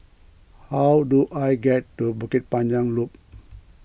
how do I get to Bukit Panjang Loop